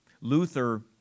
Luther